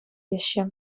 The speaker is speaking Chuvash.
теҫҫӗ